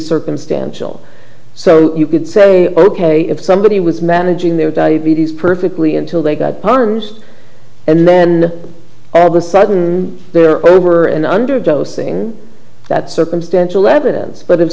circumstantial so you could say ok if somebody was managing their diabetes perfectly until they got perms and then add a sudden they're over and under dosing that circumstantial evidence but if